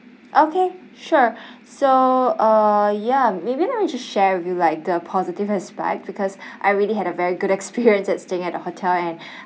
okay sure so uh ya maybe let me just share with you like the positive aspect because I really had a very good experience at staying at the hotel and